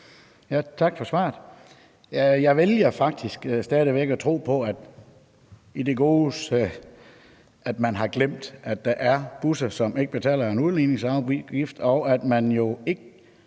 Tak for svaret. Jeg vælger faktisk stadig væk at tro på det gode, at man har glemt, at der er busser, som ikke betaler en udligningsafgift, og at man jo ikke